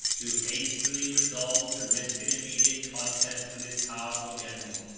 too hastily resolved to risk an immediate contest with his powerful general.